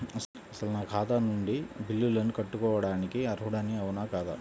అసలు నా ఖాతా నుండి బిల్లులను కట్టుకోవటానికి అర్హుడని అవునా కాదా?